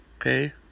Okay